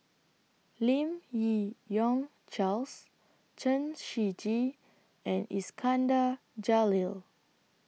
Lim Yi Yong Charles Chen Shiji and Iskandar Jalil